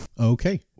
Okay